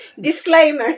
Disclaimer